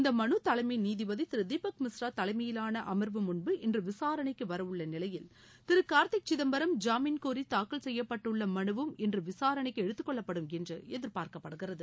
இந்த மனு தலைமை நீதிபதி திரு தீபக் மிஸ்ரா தலைமையிலான அமா்வு முன்பு இன்று விசாரணைக்கு வரவுள்ள நிலையில் திரு கார்த்தி சிதம்பரம் ஜாமீன் கோரி தாக்கல் செய்துள்ள மனுவும் இன்று விசாரணைக்க எடுத்துக்கொள்ளப்படும் என்று எதிர்பார்க்கப்படுகிறது